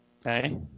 okay